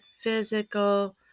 physical